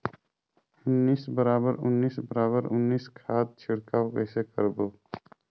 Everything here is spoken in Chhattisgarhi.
उन्नीस बराबर उन्नीस बराबर उन्नीस खाद छिड़काव कइसे करबो?